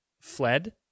fled